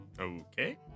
Okay